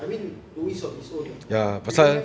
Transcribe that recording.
I mean to each of his own ah we don't have